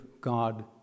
God